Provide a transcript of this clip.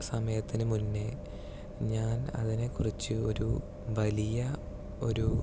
സമയത്തിന് മുന്നേ ഞാൻ അതിനെ കുറിച്ച് ഒരു വലിയ ഒരു